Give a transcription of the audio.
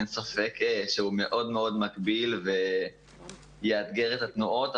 אין ספק שהוא מאוד מאוד מגביל ויאתגר את התנועות,